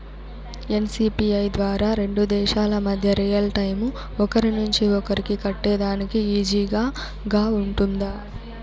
NCPI ద్వారా రెండు దేశాల మధ్య రియల్ టైము ఒకరి నుంచి ఒకరికి కట్టేదానికి ఈజీగా గా ఉంటుందా?